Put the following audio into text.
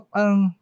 ang